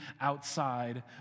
outside